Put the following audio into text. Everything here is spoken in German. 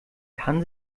kann